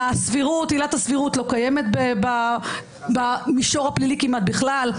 עילת הסבירות לא קיימת במישור הפלילי כמעט בכלל,